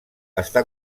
està